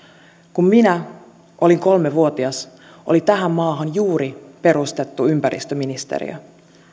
kun minä olin kolmevuotias oli tähän maahan juuri perustettu ympäristöministeriö